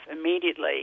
immediately